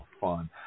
fun